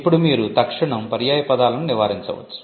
ఇప్పుడు మీరు తక్షణం పర్యాయపదాలను నివారించవచ్చు